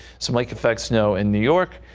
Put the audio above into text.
some lake effect snow in new york.